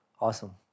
awesome